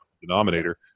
denominator